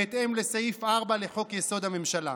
בהתאם לסעיף 4 לחוק-יסוד: הממשלה.